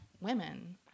women